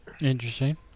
Interesting